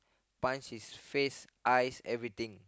punch his face eye everything